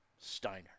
Steiner